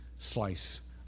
slice